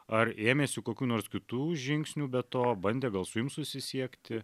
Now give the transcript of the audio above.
ar ėmėsi kokių nors kitų žingsnių be to bandė gal su jum susisiekti